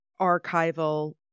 archival